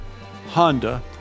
Honda